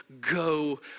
go